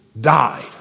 died